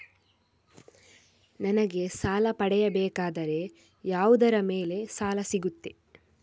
ನನಗೆ ಸಾಲ ಪಡೆಯಬೇಕಾದರೆ ಯಾವುದರ ಮೇಲೆ ಸಾಲ ಸಿಗುತ್ತೆ?